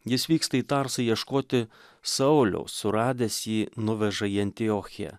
jis vyksta į tarsą ieškoti sauliaus suradęs jį nuveža į antiochiją